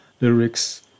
lyrics